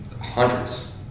hundreds